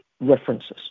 references